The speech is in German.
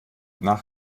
nach